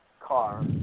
car